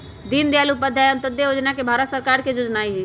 दीनदयाल उपाध्याय अंत्योदय जोजना भारत सरकार के जोजना हइ